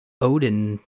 Odin